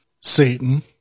Satan